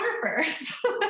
photographers